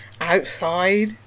outside